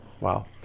Wow